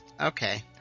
Okay